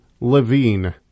Levine